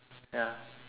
ya